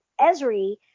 Esri